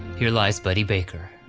here lies buddy baker.